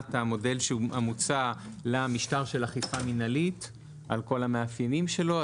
המודל המוצע למשטר של אכיפה מינהלית על כל המאפיינים שלו.